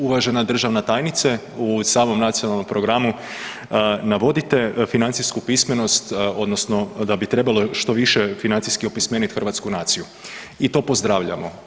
Uvažena državna tajnice, u samom nacionalnom programu navodite financijsku pismenost odnosno da bi trebalo što više financijski opismenit hrvatsku naciju i to pozdravljamo.